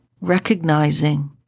Recognizing